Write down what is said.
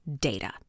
data